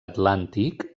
atlàntic